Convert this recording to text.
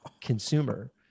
consumer